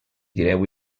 tireu